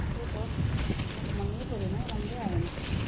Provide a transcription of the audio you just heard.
त्यही त म त मनैपरेन हौ राम्रै आएन